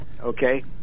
okay